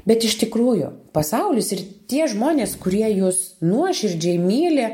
bet iš tikrųjų pasaulis ir tie žmonės kurie jus nuoširdžiai myli